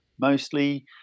mostly